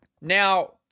Now